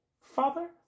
Father